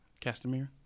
Castamere